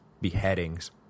beheadings